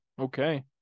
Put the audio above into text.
Okay